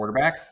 quarterbacks